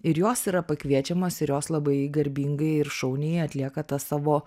ir jos yra pakviečiamos ir jos labai garbingai ir šauniai atlieka tą savo